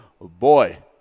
boy